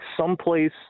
someplace